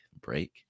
break